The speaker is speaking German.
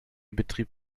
betrieb